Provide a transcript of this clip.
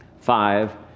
Five